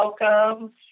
welcome